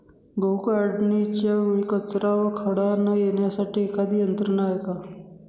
गहू काढणीच्या वेळी कचरा व खडा न येण्यासाठी एखादी यंत्रणा आहे का?